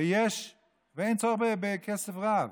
ואין צורך בכסף רב.